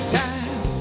time